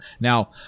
Now